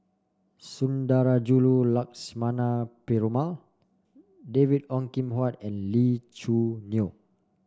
Sundarajulu Lakshmana Perumal David Ong Kim Huat and Lee Choo Neo